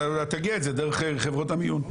אתה תגיע לזה דרך חברות המיון.